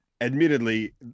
admittedly